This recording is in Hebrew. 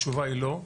התשובה היא לא.